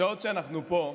בשעות שאנחנו פה,